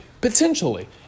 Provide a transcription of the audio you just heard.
Potentially